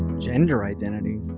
gender identity,